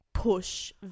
push